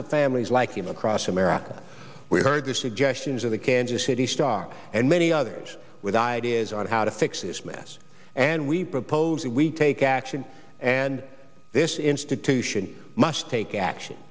of families like him across america we heard suggestions of the kansas city star and many others with ideas on how to fix this mess and we propose that we take action and this institution must take action